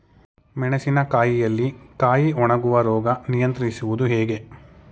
ಮೆಣಸಿನ ಕಾಯಿಯಲ್ಲಿ ಕಾಯಿ ಒಣಗುವ ರೋಗ ನಿಯಂತ್ರಿಸುವುದು ಹೇಗೆ?